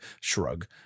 shrug